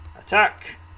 Attack